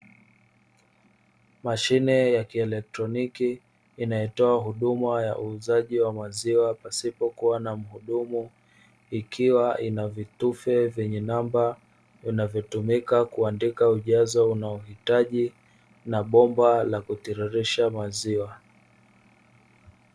Mashine ya kielektroniki inayotoa huduma ya uuzaji wa maziwa pasipokuwa na mhudumu, ikiwa ina vitufe vyenye namba vinavyotumika kuandika ujazo unaohitaji, na bomba la kutiririsha maziwa.